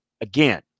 Again